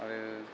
आरो